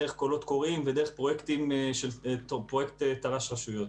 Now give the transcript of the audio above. שזה דרך קולות קוראים ודרך פרויקט של תר"ש רשויות,